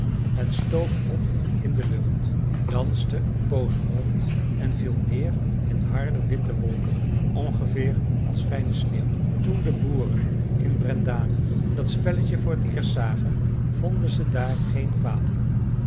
het stoof op in de lucht danste een poos rond en viel neer in harde witte wolken ongeveer als fijne sneeuw toen de boeren in brendane dat spelletje voor t eerst zagen vonden ze daar geen kwaad in